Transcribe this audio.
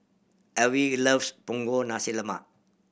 Alvie loves Punggol Nasi Lemak